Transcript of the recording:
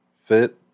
fit